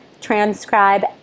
transcribe